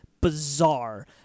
Bizarre